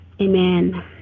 Amen